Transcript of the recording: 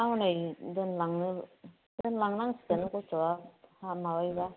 दा हनै दोनलांनो दोनलांनांसिगोन गथआ' हा माबायोबा